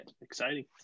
exciting